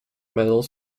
middle